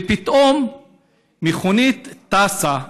ופתאום מכונית טסה.